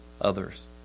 others